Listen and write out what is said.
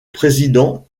président